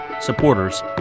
supporters